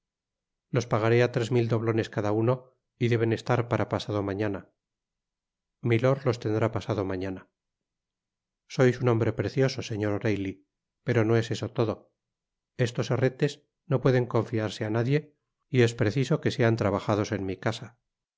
los pagaré á tres mil doblones cada uno y deben estar para pasado mañana milord los tendrá pasado mañana sois un hombre precioso señor oreilly pero no es esto todo estos her retes no pueden confiarse á nadie y es preciso que sean trabajados en mi casa